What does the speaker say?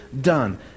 done